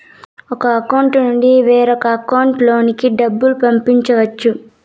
ఒక అకౌంట్ నుండి వేరొక అకౌంట్ లోకి డబ్బులు పంపించవచ్చు